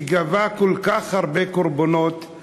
שגבה כל כך הרבה קורבנות,